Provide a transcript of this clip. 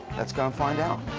let's go and find out.